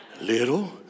Little